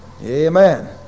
amen